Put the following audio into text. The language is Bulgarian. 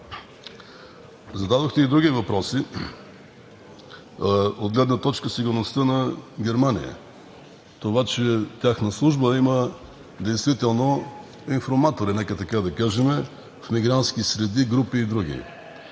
Зададохте и други въпроси от гледна точка сигурността на Германия, обаче тяхна служба има действително информатори, нека така да кажем, в мигрантски среди, групи и други.